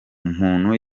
umuntu